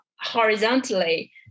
horizontally